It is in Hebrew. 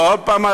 ועוד פעם,